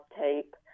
tape